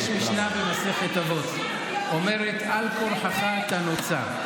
יש משנה במסכת אבות שאומרת "על כורחך אתה נוצר".